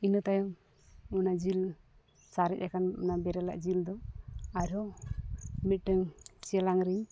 ᱤᱱᱟᱹ ᱛᱟᱭᱚᱢ ᱚᱱᱟ ᱡᱤᱞ ᱥᱟᱨᱮᱡᱽ ᱟᱠᱟᱱ ᱚᱱᱟ ᱵᱮᱨᱮᱞᱟᱜ ᱡᱤᱞ ᱫᱚ ᱟᱨᱦᱚᱸ ᱢᱤᱫᱴᱟᱝ ᱪᱮᱞᱟᱝ ᱨᱤᱧ